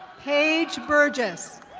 paige burgess.